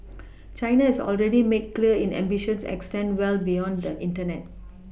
China has already made clear in ambitions extend well beyond the Internet